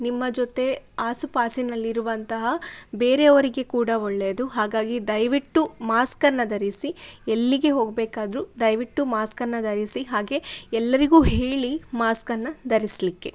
ನಿಮ್ಮ ಜೊತೆ ಆಸುಪಾಸಿನಲ್ಲಿರುವಂತಹ ಬೇರೆಯವರಿಗೆ ಕೂಡ ಒಳ್ಳೆಯದು ಹಾಗಾಗಿ ದಯವಿಟ್ಟು ಮಾಸ್ಕನ್ನು ಧರಿಸಿ ಎಲ್ಲಿಗೆ ಹೋಗಬೇಕಾದ್ರು ದಯವಿಟ್ಟು ಮಾಸ್ಕನ್ನು ಧರಿಸಿ ಹಾಗೇ ಎಲ್ಲರಿಗೂ ಹೇಳಿ ಮಾಸ್ಕನ್ನು ಧರಿಸಲಿಕ್ಕೆ